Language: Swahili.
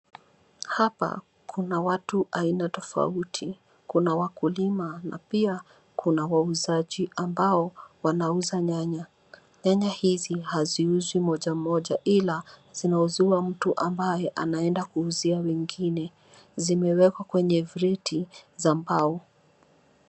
Hapa kuna watu aina tofauti, kuna wakulima na pia kuna wauzaji ambao wanauza nyanya. Nyanya hizi haziuzwi moja moja ila zinauziwa mtu ambaye anaenda kuuzia wengine. Zimewekwa kwenye vreti za mbao.